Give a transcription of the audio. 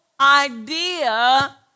idea